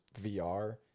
VR